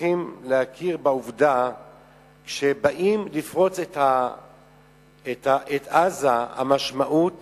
וצריכים להכיר שבעובדה שבאים לפרוץ לעזה, המשמעות